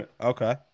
Okay